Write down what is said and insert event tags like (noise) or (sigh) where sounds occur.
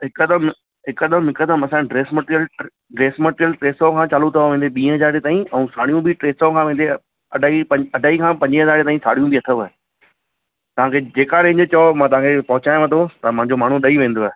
हिकदमि हिकदमि हिकदमि असांजो ड्रेस मटेरियल ड्रेस मटेरियल टे सौ खां चालू अथव यानि ॿीं हज़ारें ताईं ऐं साड़ियूं बि टे सौ खां वठी अढाई (unintelligible) अढाई खां पंजवीह हजारें ताईं साड़ियूं बि अथव तव्हांखे जेका रेंज चओ मां तव्हांखे पहुचायां थो त मुंहिंजो माण्हू ॾई वेंदव